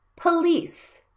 police